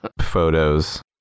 photos